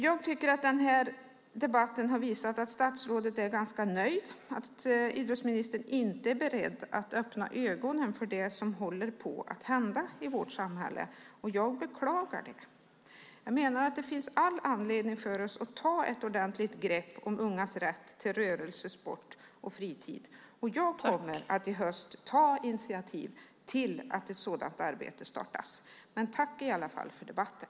Jag tycker att den här debatten har visat att statsrådet är ganska nöjd, att idrottsministern inte är beredd att öppna ögonen för det som håller på att hända i vårt samhälle. Jag beklagar det. Jag menar att det finns all anledning för oss att ta ett ordentligt grepp om ungas rätt till rörelse, sport och fritid. Jag kommer i höst att ta initiativ till att ett sådant arbete startas. Men tack, i alla fall, för debatten!